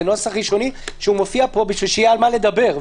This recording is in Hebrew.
זה נוסח ראשוני שמופיע פה כדי שיהיה על מה לדבר,